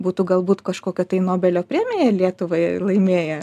būtų galbūt kažkokią tai nobelio premiją lietuvai laimėję